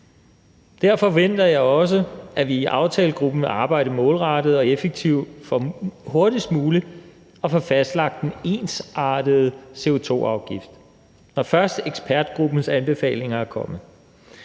Derfor forventer jeg også, at vi i aftalegruppen arbejder hurtigt og effektivt for hurtigst muligt at få fastlagt en ensartet CO2-afgift, når først ekspertgruppens anbefalinger er kommet.